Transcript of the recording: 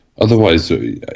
otherwise